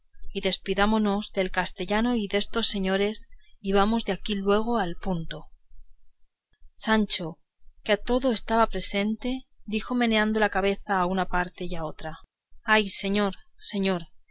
y despidámonos del castellano y destos señores y vamos de aquí luego al punto sancho que a todo estaba presente dijo meneando la cabeza a una parte y a otra ay señor señor